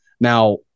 Now